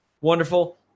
wonderful